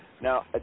Now